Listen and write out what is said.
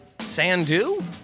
Sandu